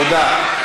תודה.